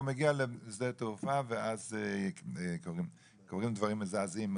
הוא מגיע לשדה תעופה ואז קורים דברים מזעזעים.